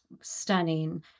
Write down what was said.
stunning